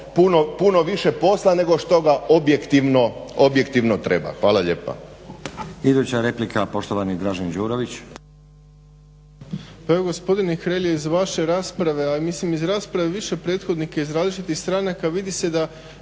puno više posla nego što ga objektivno treba. Hvala lijepa.